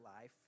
life